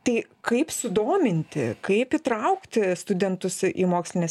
tai kaip sudominti kaip įtraukti studentus į mokslines